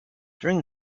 during